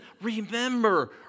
remember